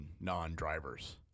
non-drivers